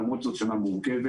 למרות שזו שנה מורכבת.